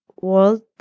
world